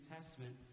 Testament